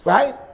Right